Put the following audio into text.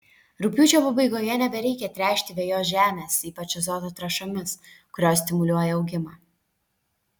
rugpjūčio pabaigoje nebereikia tręšti vejos žemės ypač azoto trąšomis kurios stimuliuoja augimą